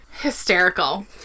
Hysterical